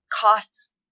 costs